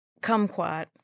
kumquat